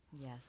Yes